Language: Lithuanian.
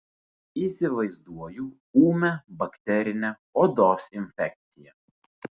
įsivaizduoju ūmią bakterinę odos infekciją